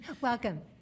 Welcome